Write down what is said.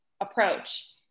approach